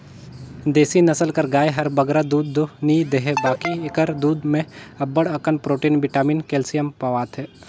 देसी नसल कर गाय हर बगरा दूद दो नी देहे बकि एकर दूद में अब्बड़ अकन प्रोटिन, बिटामिन, केल्सियम पवाथे